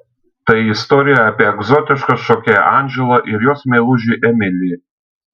tai istorija apie egzotišką šokėją andželą ir jos meilužį emilį